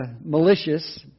malicious